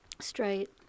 straight